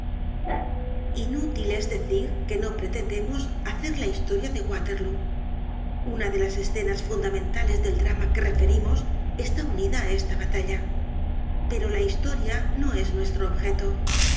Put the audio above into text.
inútil es decir que no pretendemos hacer la historia de waterlóo una de las escenas fundamentales del drama que referimos está unida á esta batalla pero la historia no es nuestro objeto